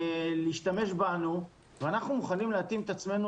להשתמש בנו ואנחנו מוכנים להתאים את עצמנו